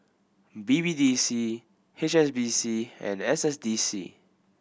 B B D C H S B C and S S D C